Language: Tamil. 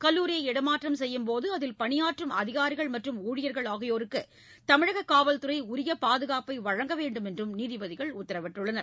கல்லூரியை இடமாற்றம் செய்யும் போது அதில் பணியாற்றும் அதிகாரிகள் மற்றும் ஊழியர்கள் ஆகியோருக்கு தமிழகக் காவல்துறை உரிய பாதுகாப்பை வழங்க வேண்டுமென்றும் நீதிபதிகள் உத்தரவிட்டனர்